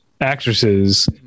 actresses